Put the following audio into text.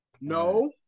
No